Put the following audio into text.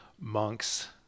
monks